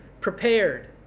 prepared